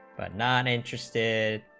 but not interested